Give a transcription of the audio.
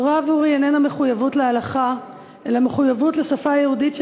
התורה עבורי אינה מחויבות להלכה אלא מחויבות לשפה היהודית,